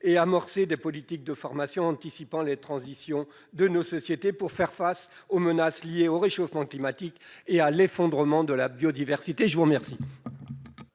et à amorcer des politiques de formation anticipant les transitions de nos sociétés. C'est ainsi que nous ferons face aux menaces liées au réchauffement climatique et à l'effondrement de la biodiversité ! La parole